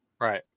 Right